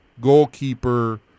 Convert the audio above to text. goalkeeper